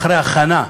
אחרי הכנה,